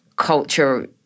culture